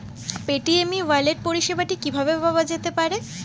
Paytm e wallet পরিষেবাটি কিভাবে পাওয়া যেতে পারে?